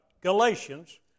Galatians